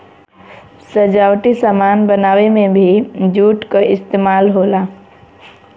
सजावटी सामान बनावे में भी जूट क इस्तेमाल होला